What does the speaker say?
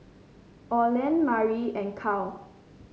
Olen Marlyn and Kyle